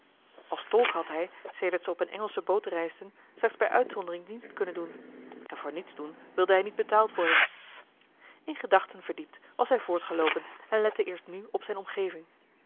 als tolk had hij sedert ze op eene engelsche boot reisden slechts bij uitzondering dienst kunnen doen en voor niets doen wilde hij niet betaald worden in gedachten verdiept was hij voortgeloopen en lette eerst nu op zijne omgeving